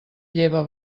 lleva